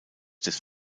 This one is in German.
des